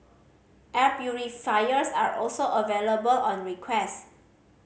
air purifiers are also available on request